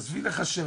עזבי לחשב,